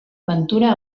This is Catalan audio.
ventura